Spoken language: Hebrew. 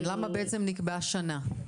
למה בעצם נקבעה שנה?